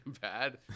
bad